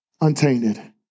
untainted